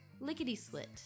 Lickety-slit